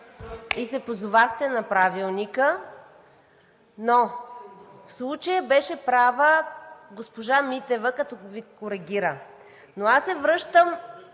и се позовахте на Правилника, но в случая беше права госпожа Митева, като Ви коригира. Но аз се връщам